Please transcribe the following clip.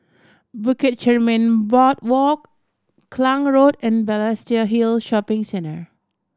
Bukit Chermin Boardwalk Klang Road and Balestier Hill Shopping Centre